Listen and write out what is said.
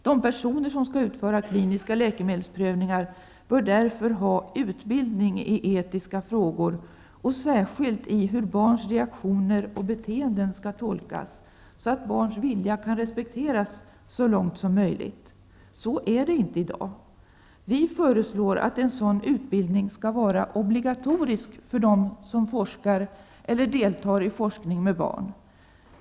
De personer som skall utföra kliniska läkemedelsprövningar bör därför ha utbildning i etiska frågor, särskilt om hur barns reaktioner och beteenden skall tolkas, så att barns vilja respekteras så långt som möjligt. Så är det inte i dag. Vi föreslår att en sådan utbildning skall vara obligatorisk för dem som deltar i forskning med barn.